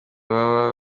baba